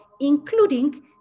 including